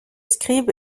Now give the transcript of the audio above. scribe